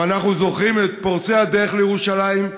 ואנחנו זוכרים את פורצי הדרך לירושלים,